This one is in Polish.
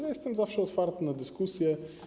Ja jestem zawsze otwarty na dyskusję.